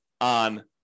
on